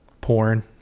porn